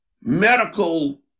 medical